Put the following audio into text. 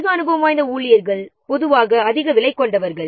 அதிக அனுபவம் வாய்ந்த ஊழியர்கள் பொதுவாக அதிக விலை கொண்டவர்கள்